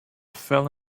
fell